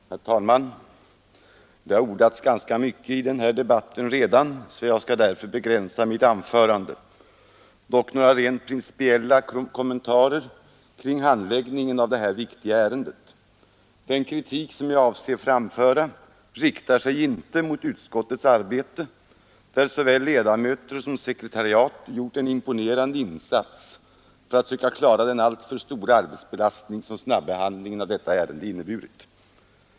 Herr talman! Det har redan ordats ganska mycket i den här debatten, och jag skall därför begränsa mitt anförande. Jag vill dock göra några rent principiella kommentarer till handläggningen av detta viktiga ärende. Den kritik som jag avser att framföra riktar sig inte mot arbetet i utskotten, där såväl ledamöter som sekretariat gjort en imponerande insats för att söka klara den alltför stora arbetsbelastning som snabbehandlingen av detta ärende inneburit.